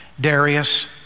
Darius